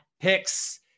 picks